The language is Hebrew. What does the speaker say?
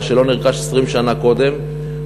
מה שלא נרכש 20 שנה לפני כן,